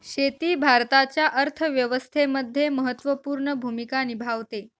शेती भारताच्या अर्थव्यवस्थेमध्ये महत्त्वपूर्ण भूमिका निभावते